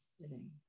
sitting